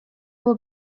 will